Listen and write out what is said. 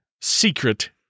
Secret